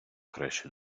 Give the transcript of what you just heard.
кращі